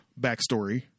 backstory